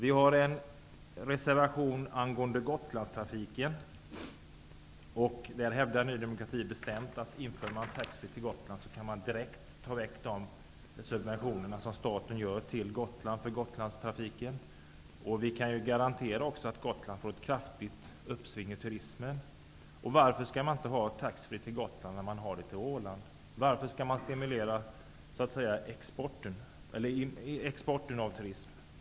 I vår reservation om Gotlandstrafiken hävdar Ny demokrati bestämt att man direkt kan ta bort den statliga subvention för Gotlandstrafiken om man inför taxfreeförsäljning på Gotlandsresorna. Vi kan också garantera att Gotland får ett kraftigt uppsving när det gäller turism. Varför skall man inte ha taxfreeförsäljning på Gotlandsresor när man har det på Ålandsresor? Vaför skall man stimulera exporten av turism?